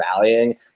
rallying